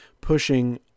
pushing